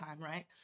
right